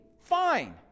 fine